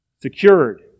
secured